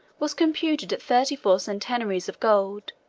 was computed at thirty-four centenaries of gold,